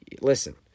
listen